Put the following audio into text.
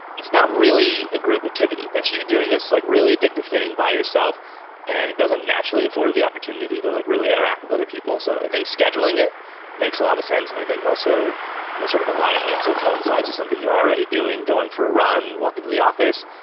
it's not really a group activity. that's you doing this like really addictive thing by yourself and it doesn't naturally for the opportunity to like really interact with other people. so i think scheduling it makes a lot of sense and i think also sort of aligning it so it coincides with something you're already doing, going for a run, walk into the office,